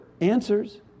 answers